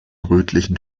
rötlichen